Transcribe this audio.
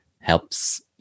helps